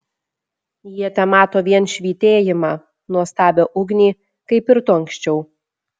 jie temato vien švytėjimą nuostabią ugnį kaip ir tu anksčiau